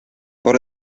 por